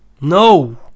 no